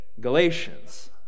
Galatians